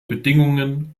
bedingungen